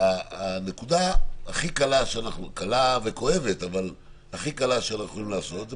הנקודה הכי קלה שאנחנו יכולים לעשות קלה וכואבת,